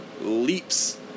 leaps